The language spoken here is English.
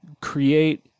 create